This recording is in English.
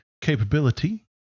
capability